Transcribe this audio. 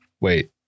wait